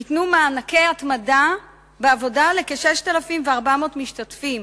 ניתנו מענקי התמדה בעבודה לכ-6,400 משתתפים,